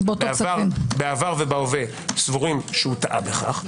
בעבר ובהווה סבורים שהוא טעה בכך.